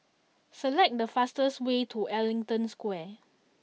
select the fastest way to Ellington Square